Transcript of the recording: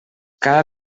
cada